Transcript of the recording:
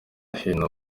hino